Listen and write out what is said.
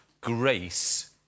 grace